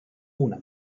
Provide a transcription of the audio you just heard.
una